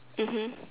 mmhmm